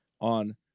on